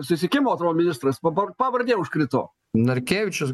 susisiekimo ministras dabar pavardė užkrito narkevičius